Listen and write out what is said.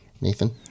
Nathan